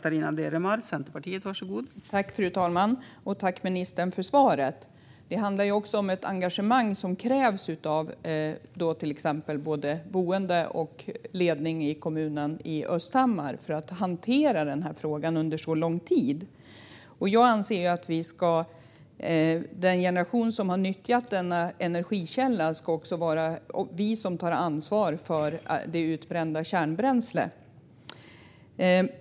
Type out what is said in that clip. Fru talman! Jag tackar ministern för svaret. Det handlar också om ett engagemang som krävs av både boende och ledning i kommunen i Östhammar för att hantera frågan under så lång tid. Jag anser att den generation som har nyttjat denna energikälla ska också ta ansvar för det utbrända kärnbränslet.